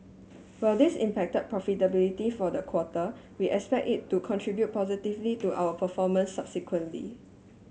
while this impacted profitability for the quarter we expect it to contribute positively to our performance subsequently